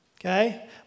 okay